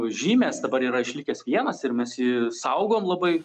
žymės dabar yra išlikęs vienas ir mes jį saugom labai